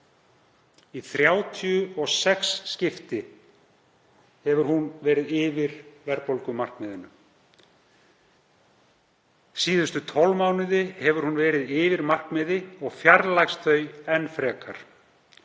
Í 36 skipti hefur hún verið yfir verðbólgumarkmiðinu. Síðustu 12 mánuði hefur hún verið yfir markmiði og fjarlægst það enn frekar.